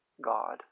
God